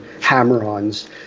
hammer-ons